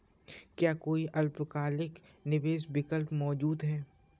क्या कोई अल्पकालिक निवेश विकल्प मौजूद है?